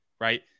right